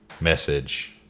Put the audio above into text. message